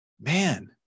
man